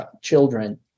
children